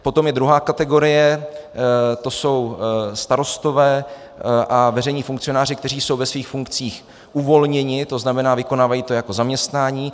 Potom je druhá kategorie, to jsou starostové a veřejní funkcionáři, kteří jsou ve svých funkcích uvolněni, to znamená, vykonávají to jako zaměstnání.